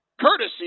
Courtesy